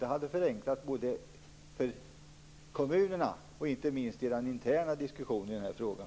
Det hade förenklat både för kommunerna och inte minst i den interna diskussionen i frågan.